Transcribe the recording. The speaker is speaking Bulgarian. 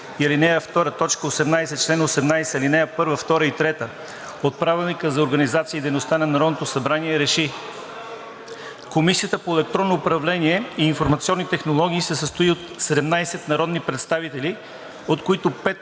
ал. 2, т. 18, чл. 18, ал. 1, 2 и 3 от Правилника за организацията и дейността на Народното събрание РЕШИ: 1. Комисията по електронно управление и информационни технологии се състои от 17 народни представители, от които 5